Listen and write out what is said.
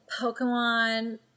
Pokemon